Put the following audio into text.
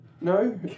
No